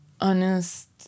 honest